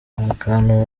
akantu